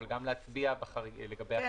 אבל גם להצביע לגבי החריגים.